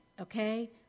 Okay